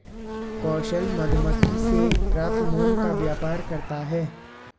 कौशल मधुमक्खी से प्राप्त मोम का व्यापार करता है